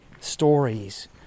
stories